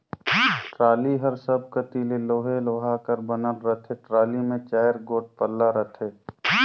trolley हर सब कती ले लोहे लोहा कर बनल रहथे, टराली मे चाएर गोट पल्ला रहथे